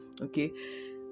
okay